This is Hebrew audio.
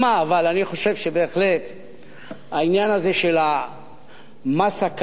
אבל אני חושב שבהחלט העניין הזה של המס הכלוא,